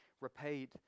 repaid